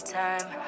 time